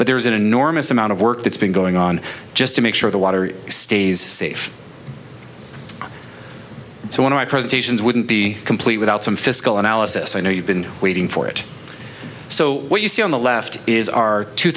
but there's an enormous amount of work that's been going on just to make sure the water stays safe so when my presentations wouldn't be complete without some fiscal analysis i know you've been waiting for it so what you see on the left is our two